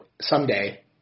someday